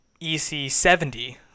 EC70